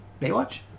Baywatch